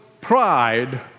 pride